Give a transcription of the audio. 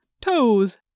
toes